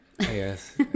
Yes